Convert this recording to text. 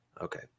Okay